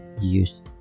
use